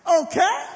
okay